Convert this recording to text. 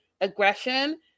aggression